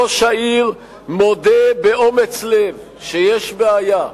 ראש העיר מודה באומץ לב שיש בעיה,